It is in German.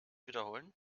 wiederholen